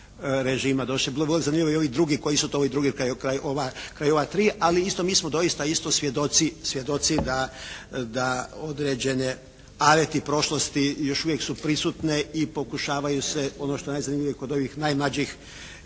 bilo bi vrlo zanimljivo i ovih drugi, koji su to ovi drugi kraj ova tri, ali isto mi smo doista isto svjedoci da određene aveti prošlosti još uvijek su prisutne i pokušavaju se ono što je najzanimljivije kod ovih najmlađih